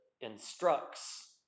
instructs